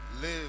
live